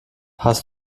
hast